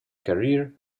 career